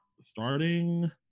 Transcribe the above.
Starting